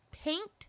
Paint